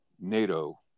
NATO